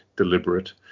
deliberate